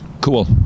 Cool